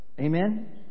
Amen